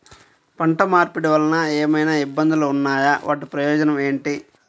పంట మార్పిడి వలన ఏమయినా ఇబ్బందులు ఉన్నాయా వాటి ప్రయోజనం ఏంటి?